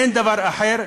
אין דבר אחר.